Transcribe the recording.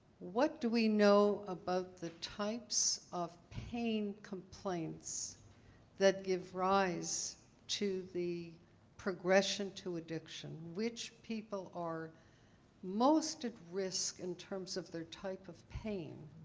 what do we know about the types of pain complaints that give rise to the progression to addiction? which people are most at risk in terms of their type of pain?